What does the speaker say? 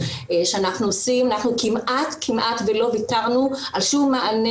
אנחנו כמעט כמעט ולא ויתרנו על שום מענה